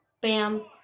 Bam